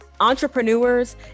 entrepreneurs